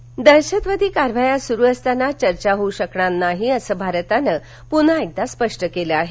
सषमा स्वराज दहशतवादी कारवाया सुरु असताना चर्चा होऊ शकणार नाही असं भारतानं पुन्हा एकदा स्पष्ट केलं आहे